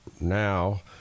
now